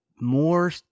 more